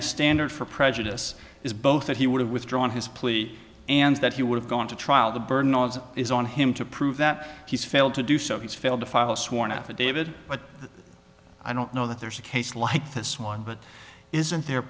the standard for prejudice is both that he would have withdrawn his plea and that he would have gone to trial the burden is on him to prove that he's failed to do so he's failed to file a sworn affidavit but i don't know that there's a case like this one but isn't there